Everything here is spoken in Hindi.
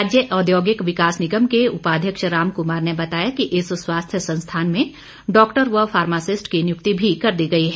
राज्य औद्योगिक विकास निगम के उपाध्यक्ष राम कुमार ने बताया कि इस स्वास्थ्य संस्थान में डाक्टर व फार्मसिस्ट की नियुक्ति भी कर दी है